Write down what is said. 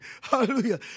Hallelujah